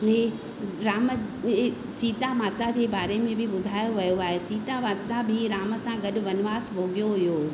ही राम सीता माता जे बारे में बि ॿुधायो वियो आहे सीता माता बि राम सां गॾु वनवास भोगयो हुयो